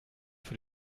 für